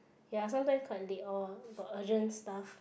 ya sometimes quite late lor got urgent stuff